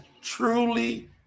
truly